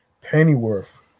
Pennyworth